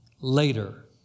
later